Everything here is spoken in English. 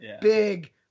big